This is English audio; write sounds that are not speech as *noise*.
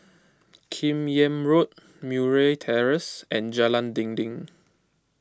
*noise* Kim Yam Road Murray Terrace and Jalan Dinding